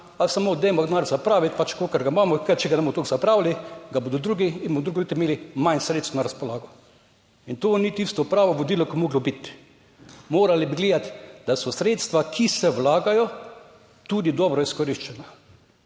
ali samo dajmo denar zapraviti, pač kolikor ga imamo, ker če ga ne bomo toliko zapravili, ga bodo drugi in bomo drugo leto imeli manj sredstev na razpolago. In to ni tisto pravo vodilo, ki bi moralo biti, morali bi gledati, da so sredstva, ki se vlagajo, tudi dobro izkoriščena.